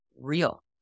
real